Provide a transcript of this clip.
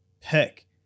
pick